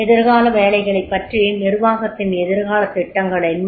எதிர்கால வேலைகளைப் பற்றி நிர்வாகத்தின் எதிர்கால திட்டங்களென்ன